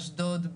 אשדוד,